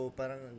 parang